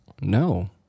No